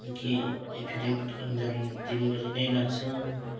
के एफिडेभिट गर्नु जानु दिनभरि नै लाग्छ